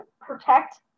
Protect